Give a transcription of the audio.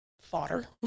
fodder